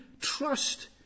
trust